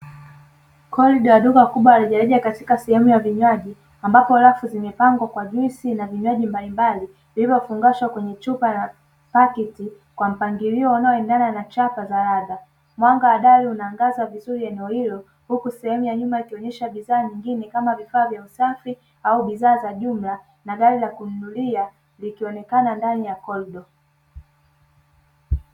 Korido ya duka kubwa la rejareja katika sehemu ya vinywaji, ambapo rafu zimepangwa kwa juisi na vinywaji mbalimbali vilivyofungashwa kwenye chupa pakti kwa mpangilio, inayoendana na chapa za radha. Mwanga wa dali unaangaza vizuri eneo hilo huku sehemu ya nyuma, ikionyesha bidhaa nyingine kama vifaa vya usafi au bidhaa za jumla na gari la kununulia likionekana ndani ya korido.